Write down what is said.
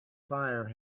fire